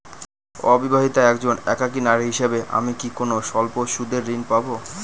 অবিবাহিতা একজন একাকী নারী হিসেবে আমি কি কোনো স্বল্প সুদের ঋণ পাব?